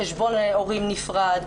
חשבון הורים נפרד,